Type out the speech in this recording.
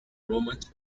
romans